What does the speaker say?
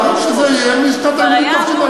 נאמר שזה יהיה משנת הלימודים תשע"ד.